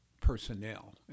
personnel